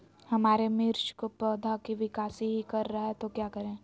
हमारे मिर्च कि पौधा विकास ही कर रहा है तो क्या करे?